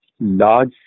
large